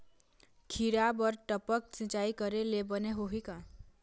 खिरा बर टपक सिचाई करे ले बने होही का?